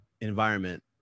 environment